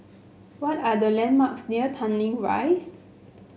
what are the landmarks near Tanglin Rise